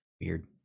Weird